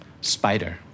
Spider